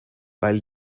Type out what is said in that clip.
weil